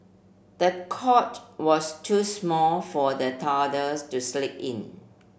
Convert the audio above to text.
the cot was too small for the toddlers to sleep in